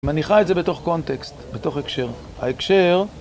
מניחה את זה בתוך קונטקסט, בתוך הקשר. ההקשר...